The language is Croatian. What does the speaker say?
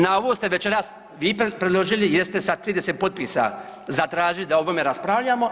Na ovo ste večeras vi predložili jer ste sa 30 potpisa zatražili da o ovome raspravljamo.